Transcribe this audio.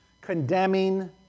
condemning